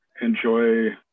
enjoy